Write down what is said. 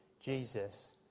Jesus